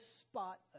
spot